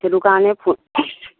সেইটো কাৰণে ফোন